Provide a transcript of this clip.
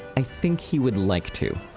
i think he would like too.